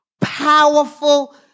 Powerful